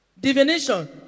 divination